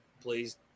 please